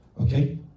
Okay